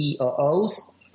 COOs